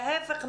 להיפך,